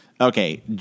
Okay